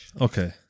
Okay